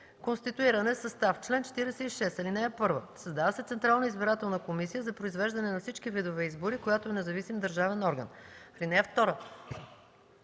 „Конституиране. Състав Чл. 46. (1) Създава се Централна избирателна комисия за произвеждане на всички видове избори, която е независим държавен орган. (2)